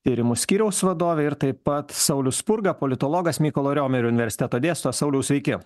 tyrimo skyriaus vadovė ir taip pat saulius spurga politologas mykolo romerio universiteto dėstytojas sauliau sveiki